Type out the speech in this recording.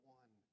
one